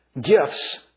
gifts